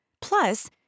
Plus